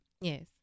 Yes